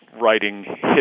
writing